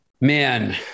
Man